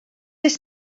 oes